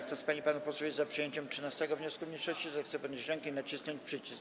Kto z pań i panów posłów jest za przyjęciem 13. wniosku mniejszości, zechce podnieść rękę i nacisnąć przycisk.